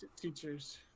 teachers